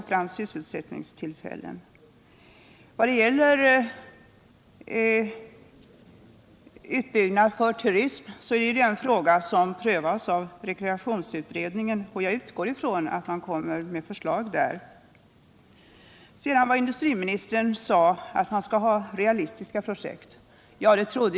Frågan om utbyggnad för turism prövas av rekreationsutredningen, och jag utgår från att den skall lägga fram förslag i det avseendet. Industriministern sade att man skall ha realistiska projekt.